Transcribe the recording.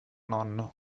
nonno